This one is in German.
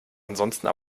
ansonsten